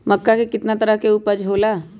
मक्का के कितना तरह के उपज हो ला?